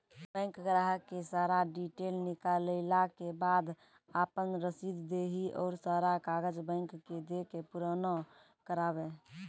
Bank ग्राहक के सारा डीटेल निकालैला के बाद आपन रसीद देहि और सारा कागज बैंक के दे के पुराना करावे?